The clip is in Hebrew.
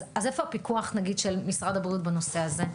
אז איפה הפיקוח, נגיד, של משרד הבריאות בנושא הזה?